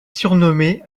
surnommée